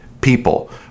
people